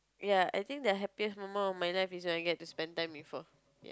ya I think the happiest moment of my life is when I get to spend time with her